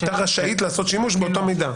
הייתה רשאית לעשות שימוש באותו מידע.